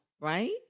right